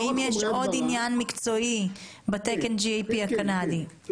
האם יש עוד עניין מקצועי בתקן GAP הקנדי?